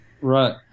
Right